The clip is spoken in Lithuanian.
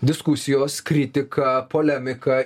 diskusijos kritika polemika